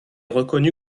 reconnu